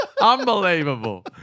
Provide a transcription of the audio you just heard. Unbelievable